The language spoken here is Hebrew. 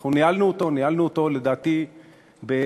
אנחנו ניהלנו אותו, לדעתי בכנות,